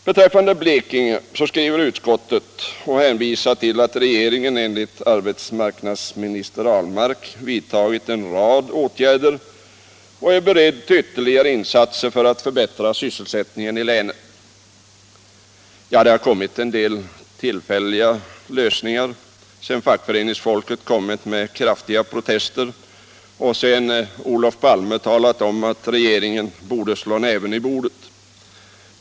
Beträffande Blekinge skriver utskottet och hänvisar till att regeringen enligt arbetsmarknadsminister Ahlmark vidtagit en rad åtgärder och är beredd till ytterligare insatser för att förbättra sysselsättningen i länet. Ja, det har blivit en del tillfälliga lösningar sedan fackföreningsfolket kommit med kraftiga protester och sedan Olof Palme talat om att regeringen borde ”slå näven i bordet”.